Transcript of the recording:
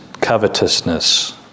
covetousness